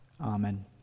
Amen